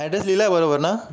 address लिहिला आहे बरोबर ना